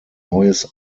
neues